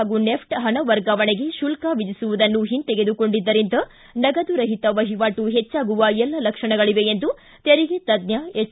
ಹಾಗೂ ನೆಫ್ಟ್ ಹಣ ವರ್ಗಾವಣೆಗೆ ಶುಲ್ಕ ವಿಧಿಸುವುದನ್ನು ಹಿಂತೆದುಕೊಂಡಿದ್ದರಿಂದ ನಗದು ರಹಿತ ವಹಿವಾಟು ಹೆಚ್ಚಾಗುವ ಎಲ್ಲ ಲಕ್ಷಣಗಳಿವೆ ಎಂದು ತೆರಿಗೆ ತಜ್ಞ ಎಚ್